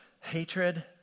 hatred